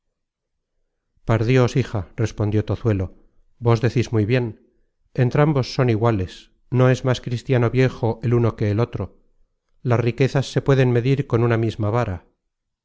par dios hija respondió tozuelo vos decis muy bien entrambos son iguales no es más cristiano viejo el uno que el otro las riquezas se pueden medir con una misma vara